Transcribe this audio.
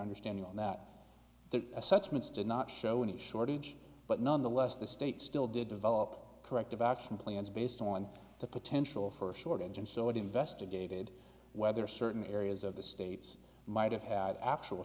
assessments did not show any shortage but nonetheless the state still did develop corrective action plans based on the potential for a shortage and so it investigated whether certain areas of the states might have had actual